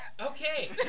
Okay